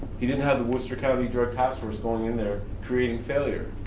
he didn't have the worcester county drug task force going in there creating failure.